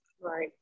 right